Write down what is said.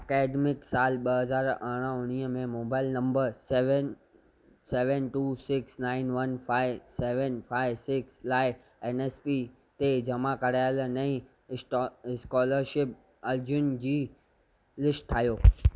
academic साल ॿ हज़ार अरिड़हं उणिवीह में mobile number seven seven two six nine one five seven five six लाइ एन एस पी ते जमा कयल नईं स्टो स्कॉलरशिप अर्ज़ियुनि जी लिस्ट ठाहियो